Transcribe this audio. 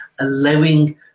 allowing